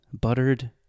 Buttered